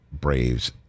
Braves